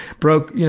broke you know